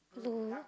blue